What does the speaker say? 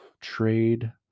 trade